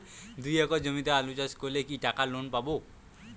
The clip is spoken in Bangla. দুই একর জমিতে আলু চাষ করলে কি টাকা লোন পাবো?